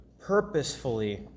purposefully